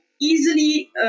easily